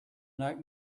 night